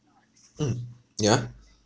mm yeah